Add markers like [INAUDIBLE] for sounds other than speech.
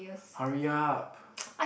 hurry up [BREATH]